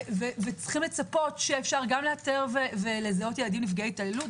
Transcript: וצריך לצפות שאפשר גם לאתר ולזהות ילדים נפגעי אלימות,